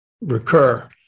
recur